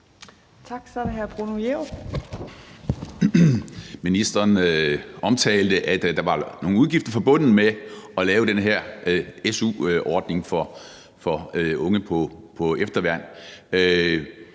Ministeren omtalte, at der var nogle udgifter forbundet med at lave den her su-ordning for unge på efterværn.